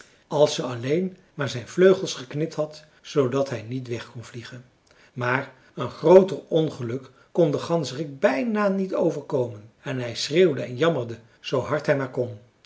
als ze alleen maar zijn vleugels geknipt had zoodat hij niet weg kon vliegen maar een grooter ongeluk kon den ganzerik bijna niet overkomen en hij schreeuwde en jammerde zoo hard hij maar kon